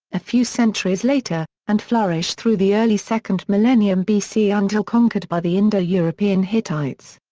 a few centuries later, and flourished through the early second millennium bc until conquered by the indo-european hittites.